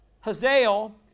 Hazael